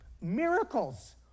miracles